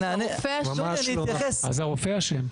אז הרופא אשם?